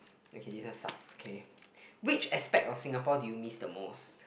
okay this one sucks okay which expect your Singapore do you miss the most